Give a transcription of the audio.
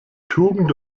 tugend